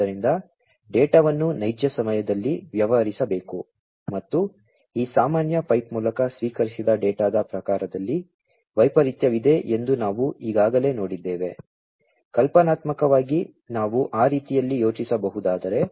ಆದ್ದರಿಂದ ಡೇಟಾವನ್ನು ನೈಜ ಸಮಯದಲ್ಲಿ ವ್ಯವಹರಿಸಬೇಕು ಮತ್ತು ಈ ಸಾಮಾನ್ಯ ಪೈಪ್ ಮೂಲಕ ಸ್ವೀಕರಿಸಿದ ಡೇಟಾದ ಪ್ರಕಾರದಲ್ಲಿ ವೈಪರೀತ್ಯವಿದೆ ಎಂದು ನಾವು ಈಗಾಗಲೇ ನೋಡಿದ್ದೇವೆ ಕಲ್ಪನಾತ್ಮಕವಾಗಿ ನಾವು ಆ ರೀತಿಯಲ್ಲಿ ಯೋಚಿಸಬಹುದಾದರೆ